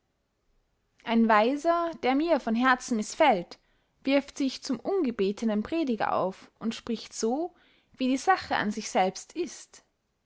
ein weiser der mir von herzen mißfällt wirft sich zum ungebetenen prediger auf und spricht so wie die sache an sich selbst ist